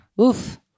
Oof